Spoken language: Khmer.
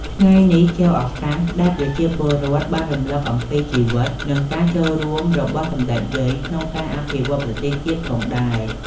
ថ្ងៃនេះជាឱកាសដែលប្រជាពលរដ្ឋបានរំលឹកអំពីជីវិត និងការចូលរួមរបស់សម្តេចយាយក្នុងការអភិវឌ្ឍប្រទេសជាតិផងដែរ។